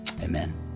Amen